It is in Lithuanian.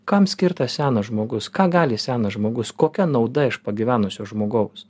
kam skirtas senas žmogus ką gali senas žmogus kokia nauda iš pagyvenusio žmogaus